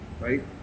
right